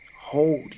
hold